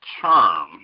term